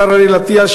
השר אריאל אטיאס,